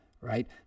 right